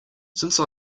since